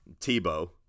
Tebow